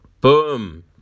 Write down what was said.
Boom